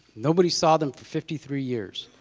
nobody saw them for fifty three years.